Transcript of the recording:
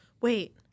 Wait